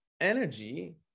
energy